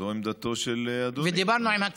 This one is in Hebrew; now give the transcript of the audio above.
זו עמדתו של אדוני.